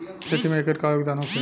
खेती में एकर का योगदान होखे?